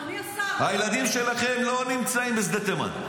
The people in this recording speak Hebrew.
הילדים שלכם לא נמצאים בשדה תימן.